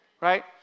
right